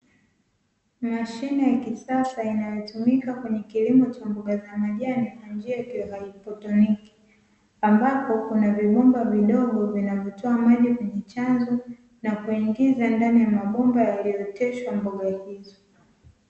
Mashine ya kisasa inayotumika kwenye kilimo cha mboga za majani na njia za kihaidroponiki, ambapo kuna vibomba vidogo vinavyotoa maji kwenye chanzo na kuingiza ndani ya mabomba yaliyooteshwa mboga hizo.